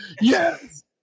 Yes